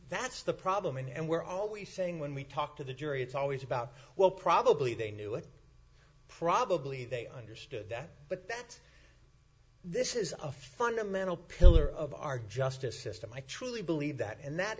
that's the problem and we're always saying when we talk to the jury it's always about well probably they knew it probably they understood that but that this is a fundamental pillar of our justice system i truly believe that and that